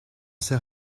sais